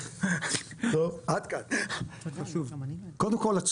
קודם כל,